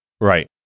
Right